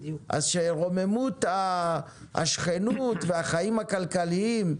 אז, שרוממות השכנות והחיים הכלכליים,